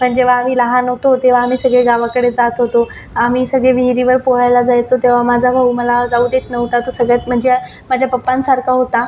पण जेव्हा आम्ही लहान होतो तेव्हा आम्ही सगळे गावाकडे जात होतो आम्ही सगळे विहिरीवर पोहायला जायचो तेव्हा माझा भाऊ मला जाऊ देत नव्हता तो सगळ्यात म्हणजे माझ्या पप्पांसारखा होता